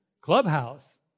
Clubhouse